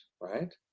right